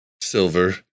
Silver